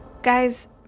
Guys